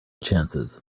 chances